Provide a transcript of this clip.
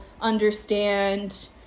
understand